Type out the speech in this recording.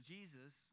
Jesus